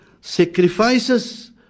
sacrifices